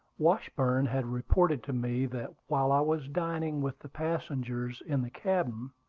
washburn had reported to me that, while i was dining with the passengers in the cabin,